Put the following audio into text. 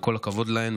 כל הכבוד להן,